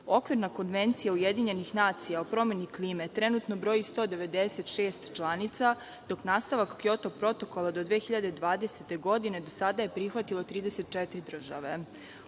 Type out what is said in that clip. konvencija Ujedinjenih nacija o promeni klime trenutno broji 196 članica, dok nastavak Kjoto protokola do 2020. godine do sada su prihvatile 34 države.